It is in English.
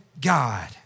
God